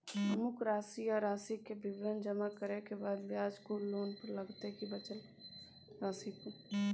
अमुक राशि आ राशि के विवरण जमा करै के बाद ब्याज कुल लोन पर लगतै की बचल राशि पर?